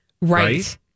Right